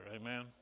Amen